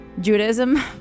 Judaism